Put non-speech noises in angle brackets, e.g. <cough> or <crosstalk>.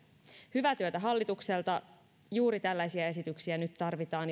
hyvää työtä hallitukselta juuri tällaisia esityksiä nyt tarvitaan <unintelligible>